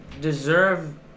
deserve